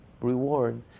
reward